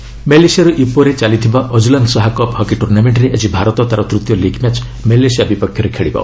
hockey ମାଲସିଆର ଇପୋହ୍ଠାରେ ଚାଲିଥିବା ଆଜ୍ଲାନ୍ଶାହା କପ୍ ହକି ଟୁର୍ଣ୍ଣାମେଣ୍ଟ୍ରେ ଆଜି ଭାରତ ତା'ର ତୂତୀୟ ଲିଗ୍ ମ୍ୟାଚ୍ ମାଲେସିଆ ବିପକ୍ଷରେ ଖେଳିବ